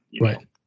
Right